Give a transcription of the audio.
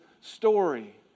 story